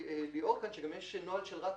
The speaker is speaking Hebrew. ליאור רוצה להוסיף לגבי נוהל של רת"א.